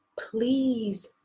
Please